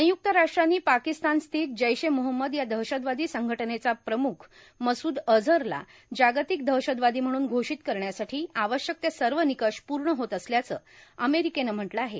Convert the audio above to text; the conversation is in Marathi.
संयुक्त राष्ट्रांनी पाकिस्तान स्थित जैश ए मोहम्मद या दहशतवादी संघटनेचा प्रमुख मसूद अझहरला जागतिक दहशतवादी म्हणून घोषित करण्यासाठी आवश्यक ते सर्व निकष पूर्ण होत असल्याचं अमेरिकेनं म्हटलं आहे